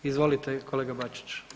Izvolite kolega Bačić.